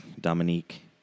Dominique